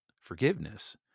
forgiveness